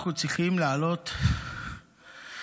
אנחנו צריכים להעלות למליאה